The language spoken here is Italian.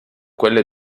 quelle